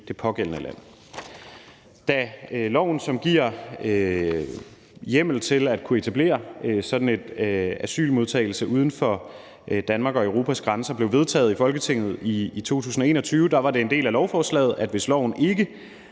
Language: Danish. det pågældende land. Da loven, som giver hjemmel til at kunne etablere asylmodtagelse uden for Danmark og Europas grænser blev vedtaget i Folketinget i 2021, var det en del af lovforslaget, at hvis loven ikke